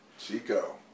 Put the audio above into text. Chico